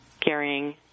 carrying